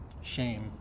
Shame